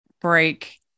break